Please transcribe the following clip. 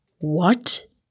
What